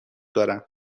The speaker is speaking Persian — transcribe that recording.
دارم